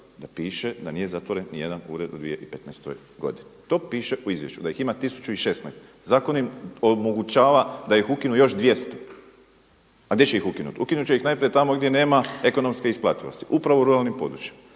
da piše da nije zatvoren nijedan ured u 2015. godini, to piše u izvješću, da ih ima 1016. Zakon im omogućava da ih ukinu još 200. A gdje će ih ukinut? Ukinut će ih najprije tamo gdje nema ekonomske isplativosti, upravo u ruralnim područjima.